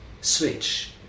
switch